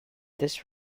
this